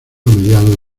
mediados